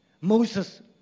Moses